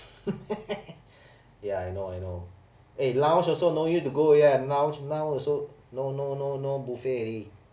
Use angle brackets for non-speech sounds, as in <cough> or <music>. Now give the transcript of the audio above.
<laughs> ya I know I know eh lounge also no need to go already ah now now also no no no no buffet already